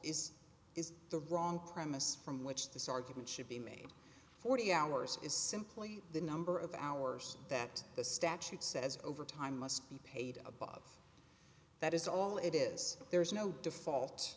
is is the wrong premise from which this argument should be made forty hours is simply the number of hours that the statute says overtime must be paid above that is all it is there is no default